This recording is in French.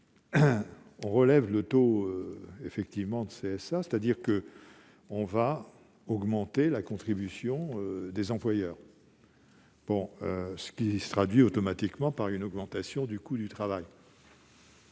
? Relever le taux de la CSA aurait pour effet d'augmenter la contribution des employeurs, ce qui se traduira automatiquement par une augmentation du coût du travail.